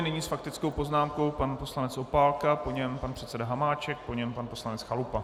Nyní s faktickou poznámkou pan poslanec Opálka, po něm pan předseda Hamáček, po něm pan poslanec Chalupa.